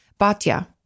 Batya